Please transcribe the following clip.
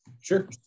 Sure